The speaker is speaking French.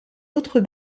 autres